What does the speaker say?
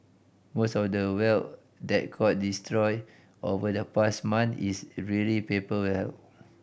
most of the wealth that got destroyed over the past month is really paper wealth